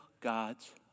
God's